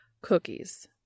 Cookies